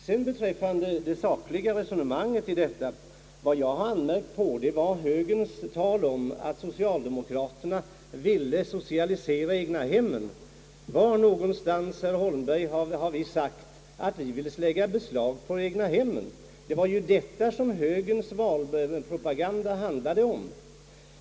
Vad beträffar det sakliga resonemanget har jag anmärkt på högerns tal om att socialdemokraterna skulle vilja socialisera egnahemmen. Var någonstans, herr Holmberg, har vi sagt att vi vill lägga beslag på egnahemmen? Det var detta som högerns valpropaganda handlade om.